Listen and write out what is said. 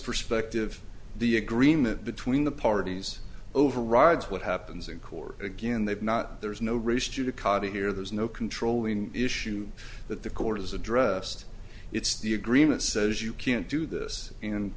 perspective the agreement between the parties overrides what happens in court again they've not there's no rush to the car to hear there's no controlling issue that the court has addressed it's the agreement says you can't do this and